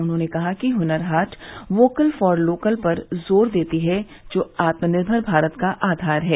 उन्होंने कहा कि Hunar Haat vocal for local पर जोर देती है जो आत्मनिर्भर भारत का आधार है